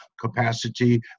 capacity